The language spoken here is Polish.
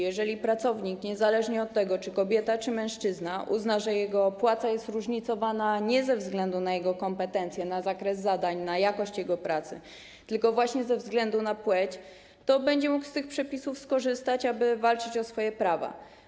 Jeżeli pracownik, niezależnie od tego, czy jest kobietą, czy mężczyzną, uzna, że jego płaca jest różnicowana nie ze względu na jego kompetencje, na zakres zadań, na jakość jego pracy, tylko właśnie ze względu na płeć, to będzie mógł z tych przepisów skorzystać, aby walczyć o swoje prawa.